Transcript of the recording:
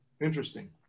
Interesting